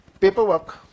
Paperwork